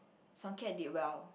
Song-Kiat did well